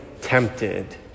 tempted